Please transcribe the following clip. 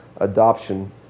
adoption